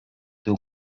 teu